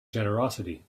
generosity